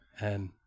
and-